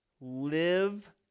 live